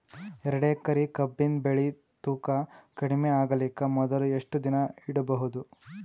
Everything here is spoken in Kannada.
ಎರಡೇಕರಿ ಕಬ್ಬಿನ್ ಬೆಳಿ ತೂಕ ಕಡಿಮೆ ಆಗಲಿಕ ಮೊದಲು ಎಷ್ಟ ದಿನ ಇಡಬಹುದು?